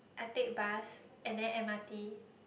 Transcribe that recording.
I take bus and then M_R_T